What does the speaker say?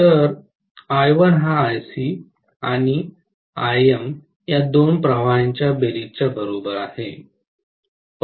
तर I1 हा IC आणि Im या दोन प्रवाहांच्या बेरीजच्या बरोबर आहे पण तो प्रत्यक्षात I0 आहे